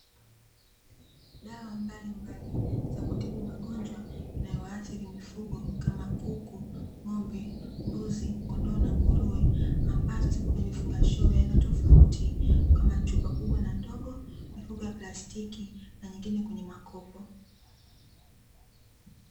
Dawa mbalimbali za kutibu magonjwa yanayoathiri mifugo kama: kuku, ng'ombe, mbuzi, kondoo na nguruwe; ambazo zipo kwenye vifungashio vya aina tofauti kama chupa kubwa na ndogo, mifuko ya plastiki, na nyingine kwenye makopo.